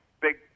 big